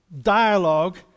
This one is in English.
dialogue